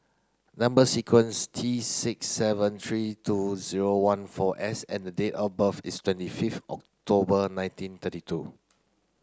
number sequence T six seven three two zero one four S and date of birth is twenty October nineteen thirty two